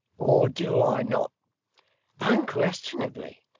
or do i not unquestionably.